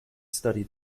study